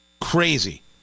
Crazy